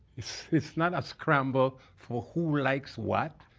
it's not a scramble for who likes what.